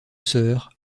sœurs